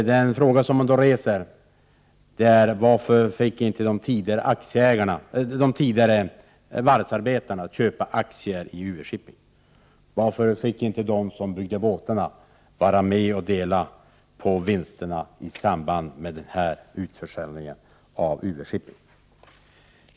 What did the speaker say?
Den fråga som då reses är varför de tidigare varvsarbetarna inte fick köpa aktier i UV-Shipping. Varför fick inte de som byggde båtarna vara med och dela på vinsterna i samband med utförsäljningen av UV-Shipping?